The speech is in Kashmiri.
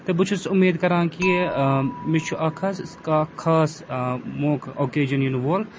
تہٕ بہٕ چھُس اُمید کَران کہِ مےٚ چھُ اَکھ حظ کانٛہہ خاص موقعہ اوٚکیجَن یِنہٕ وول